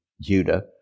Judah